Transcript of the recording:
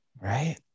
Right